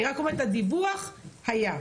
אני רק אומרת, הדיווח היה.